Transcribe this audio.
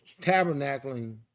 tabernacling